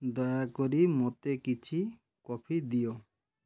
ଦୟାକରି ମୋତେ କିଛି କଫି ଦିଅ